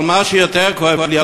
אבל מה שיותר כואב לי,